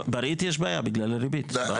בריט יש בעיה בגלל הריבית, ברור.